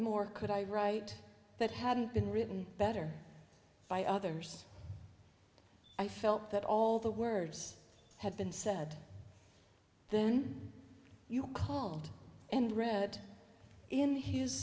more could i write that hadn't been written better by others i felt that all the words had been said then you called and read in his